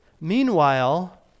Meanwhile